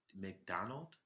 McDonald